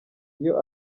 iyo